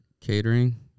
Catering